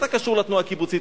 אתה קשור לתנועה הקיבוצית.